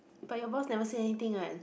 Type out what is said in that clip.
but your boss never say anything [one]